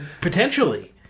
Potentially